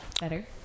Better